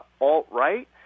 alt-right